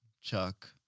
Chuck